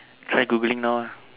try Googling now ah